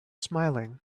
smiling